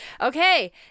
Okay